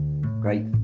Great